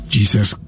Jesus